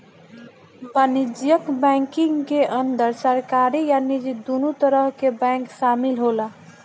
वाणिज्यक बैंकिंग के अंदर सरकारी आ निजी दुनो तरह के बैंक शामिल होला